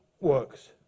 works